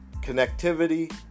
connectivity